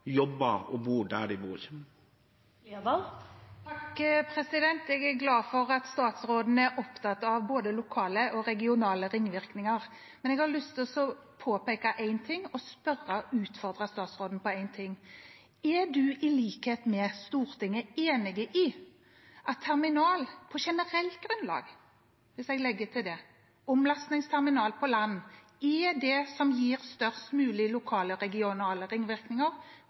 og bor der de bor. Jeg er glad for at statsråden er opptatt av både lokale og regionale ringvirkninger, men jeg har lyst til å påpeke, spørre om og utfordre statsråden på en ting. Er statsråden, i likhet med Stortinget, enig i at omlastingsterminal på land, på generelt grunnlag – hvis jeg legger til det – er det som gir størst mulig lokale og regionale ringvirkninger